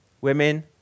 women